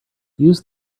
use